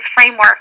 framework